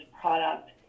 product